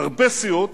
הרבה סיעות,